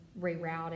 rerouted